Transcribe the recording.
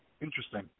Interesting